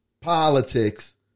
politics